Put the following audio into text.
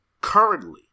currently